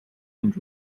and